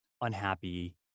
unhappy